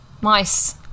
Mice